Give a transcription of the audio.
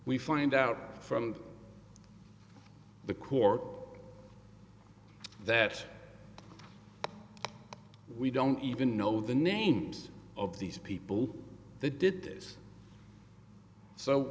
we find out from the court that we don't even know the names of these people the did this so